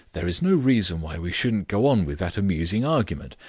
there's no reason why we shouldn't go on with that amusing argument.